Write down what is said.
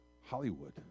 Hollywood